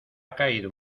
caído